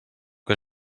que